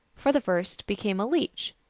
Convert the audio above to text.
for the first became a leech,